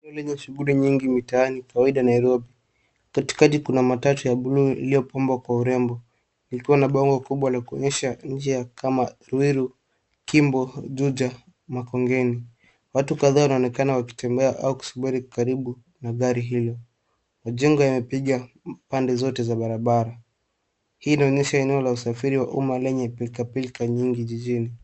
Eneo lenye shughuli nyingi mitaani, kawaida Nairobi. Katikati kuna matatu ya buluu iliyopambwa kwa urembo, likiwa na bango kubwa la kuonyesha njia kama Ruiru, Kimbo, Juja, Makongeni. Watu kadhaa wanaonekana wakitembea au kusubiri karibu na gari hilo. Majengo yamepiga pande zote za barabara. Hii inaonyesha eneo la usafiri wa umma lenye pilka pilka nyingi jijini.